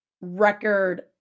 record